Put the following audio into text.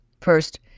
First